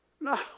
No